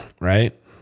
Right